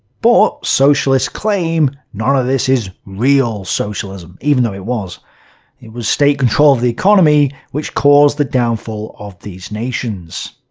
but socialists claim none of it is real socialism, even though it was it was state control of the economy which caused the downfall of these nations.